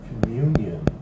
Communion